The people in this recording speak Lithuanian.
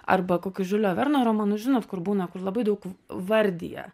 arba kokius žiulio verno romanus žinot kur būna kur labai daug vardija